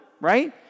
right